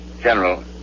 General